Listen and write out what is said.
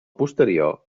posterior